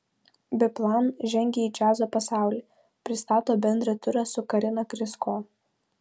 biplan žengia į džiazo pasaulį pristato bendrą turą su karina krysko